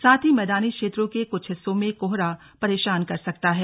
साथ ही मैदानी क्षेत्रों के कुछ हिस्सों में कोहरा परेशान कर सकता है